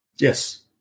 Yes